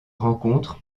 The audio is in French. rencontre